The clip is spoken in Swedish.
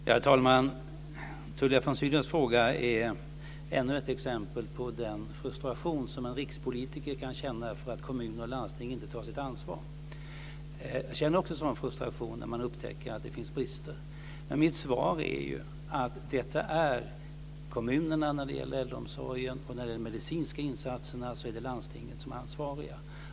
Herr talman! Tullia von Sydows fråga är ännu ett exempel på den frustration som en rikspolitiker kan känna för att kommuner och landsting inte tar sitt ansvar. Jag känner också en sådan frustration när jag upptäcker att det finns brister. Mitt svar är att kommunerna är ansvariga när det gäller äldreomsorgen och att landstingen är ansvariga när det gäller de medicinska insatserna.